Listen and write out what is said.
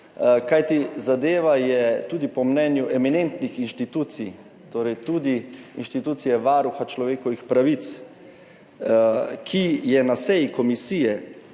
kajti zadeva je tudi po mnenju eminentnih institucij, torej tudi institucije Varuha človekovih pravic, ki je na seji komisije